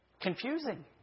confusing